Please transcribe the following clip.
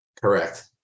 Correct